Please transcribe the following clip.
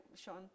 Sean